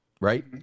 Right